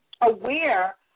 aware